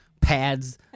pads